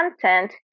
content